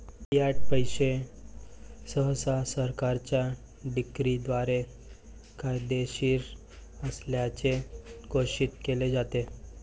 Fiat पैसे सहसा सरकारच्या डिक्रीद्वारे कायदेशीर असल्याचे घोषित केले जाते